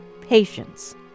patience